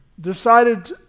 decided